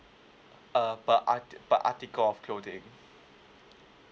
uh per arti~ per article of clothing